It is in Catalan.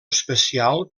especial